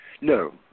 No